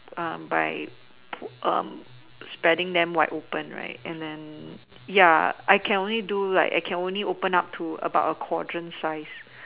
by pull spreading them wide open right and then ya I can only do right I can only open up to like a quadrant size